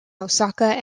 osaka